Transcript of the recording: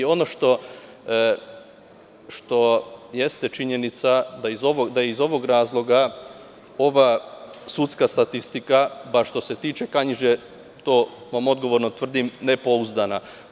Ono što jeste činjenica da je iz ovog razloga ova sudska statistika, bar što se tiče Kanjiže, to vam odgovorno tvrdim, nepouzdana.